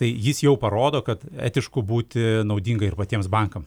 tai jis jau parodo kad etišku būti naudinga ir patiems bankam